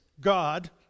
God